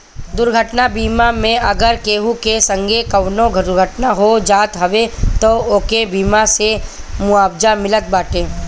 दुर्घटना बीमा मे अगर केहू के संगे कवनो दुर्घटना हो जात हवे तअ ओके बीमा से मुआवजा मिलत बाटे